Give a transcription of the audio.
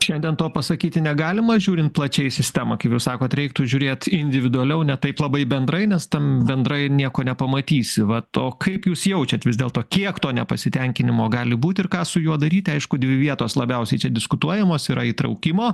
šiandien to pasakyti negalima žiūrint plačiai į sistemą kaip jūs sakot reiktų žiūrėt individualiau ne taip labai bendrai nes tam bendrai nieko nepamatysi vat o kaip jūs jaučiat vis dėlto kiek to nepasitenkinimo gali būti ir ką su juo daryti aišku dvi vietos labiausiai čia diskutuojamos yra įtraukimo